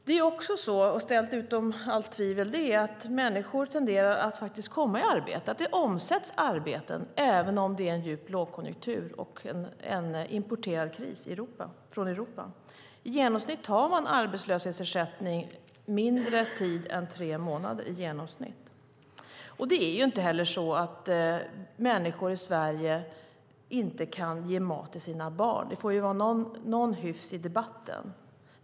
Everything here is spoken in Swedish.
Det är ställt utom allt tvivel att människor faktiskt tenderar att komma i arbete, att det omsätts arbeten även om det är en djup lågkonjunktur och en importerad kris från Europa. Människor har arbetslöshetsersättning mindre än tre månader i genomsnitt. Det är inte heller så att människor i Sverige inte kan ge mat till sina barn. Det får vara någon hyfs i debatten.